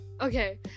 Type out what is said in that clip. Okay